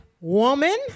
Woman